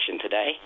today